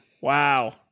Wow